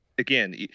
Again